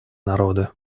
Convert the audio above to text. народы